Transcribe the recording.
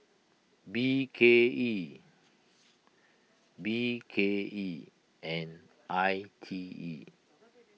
B K E B K E and I T E